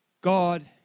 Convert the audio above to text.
God